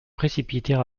précipiter